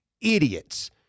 idiots